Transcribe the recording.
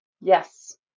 Yes